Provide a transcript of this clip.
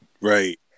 Right